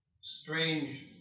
strange